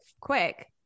quick